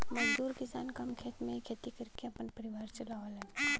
मजदूर किसान कम खेत में ही खेती कर क आपन परिवार चलावलन